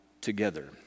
together